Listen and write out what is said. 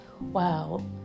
wow